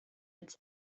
its